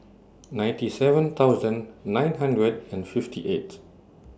ninety seven thousand nine hundred and fifty eight